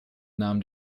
nahm